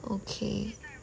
okay